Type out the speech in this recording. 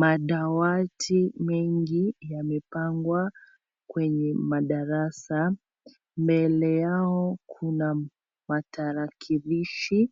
Madawati mengi yamepangwa kwenye madarasa. Mbele yao kuna matarakilishi